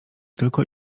tylko